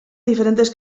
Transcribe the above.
diferentes